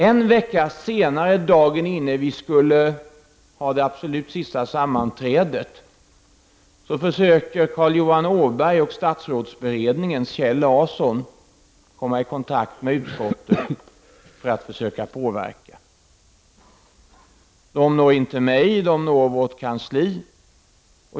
En vecka senare, dagen före det absolut sista sammanträdet, försökte Carl Johan Åberg och statsrådsberedningens Kjell Larsson, komma i kontakt med utskottet för att utöva påverkan. De når inte mig utan utskottets kansli.